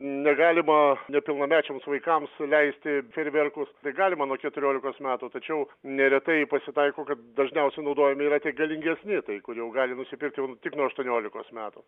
negalima nepilnamečiams vaikams leisti fejerverkus galima nuo keturiolikos metų tačiau neretai pasitaiko kad dažniausia naudojami yra tie galingesni tai kur jau gali nusipirkt jau tik nuo aštuoniolikos metų